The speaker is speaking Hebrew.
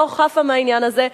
לא חפה מהעניין הזה,